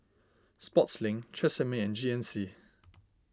Sportslink Tresemme and G N C